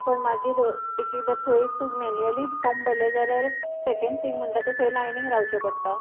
पूण मागीर एक एकदां थंय तूं मेन्युली फॉर्म भरल्ले जाल्यार सेकँड थींग म्हणटा तेंं थंय लायनिंग रावचें पडटा